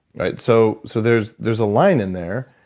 right? so, so there's there's a line in there,